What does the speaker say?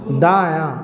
दायाँ